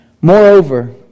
Moreover